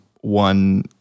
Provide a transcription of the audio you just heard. one